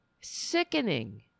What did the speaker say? Sickening